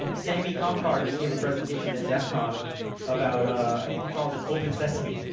um sammy kamkar just gave a presentation at defcon about, i think he calls it, open sesame.